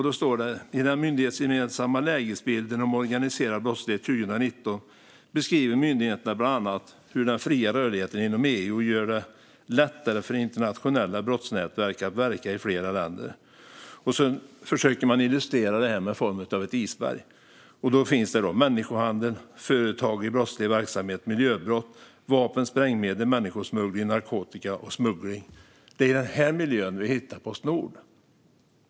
Det står så här: I den myndighetsgemensamma lägesbilden om organiserad brottslighet 2019 beskriver myndigheterna bland annat hur den fria rörligheten inom EU gör det lättare för internationella brottsnätverk att verka i flera länder. Sedan försöker man illustrera detta i form av ett isberg. Där finns människohandel, företag i brottslig verksamhet, miljöbrott, vapen, sprängmedel, människosmuggling, narkotika och smuggling. Det är i den här miljön vi hittar Postnord.